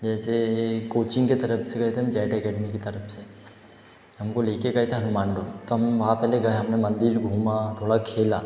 जैसे कोचिंग के तरफ़ से गए थे हम जेड अकैडमी की तरफ़ से हम को ले कर गए थे हनुमानडोल तो हम वहाँ पहले गए हम ने मंदिर घूमा थोड़ा खेला